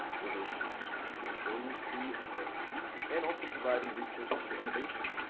um related to resiliency and relief. and also providing resources for innovation.